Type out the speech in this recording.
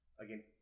again